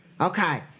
Okay